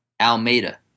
Almeida